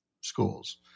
schools